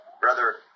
brother